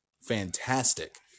fantastic